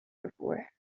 vervoer